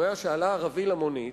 שומע שעלה ערבי למונית,